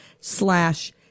slash